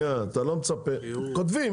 כותבים,